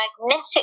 magnetic